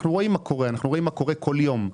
אנחנו רואים מה קורה בכל יום.